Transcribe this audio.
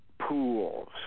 pools